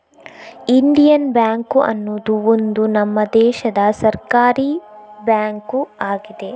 Indian bank ಅನ್ನುದು ಒಂದು ನಮ್ಮ ದೇಶದ ಸರ್ಕಾರೀ ಬ್ಯಾಂಕು ಆಗಿದೆ